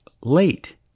late